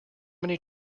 many